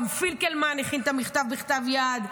גם פינקלמן הכין את המכתב בכתב יד,